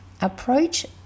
approach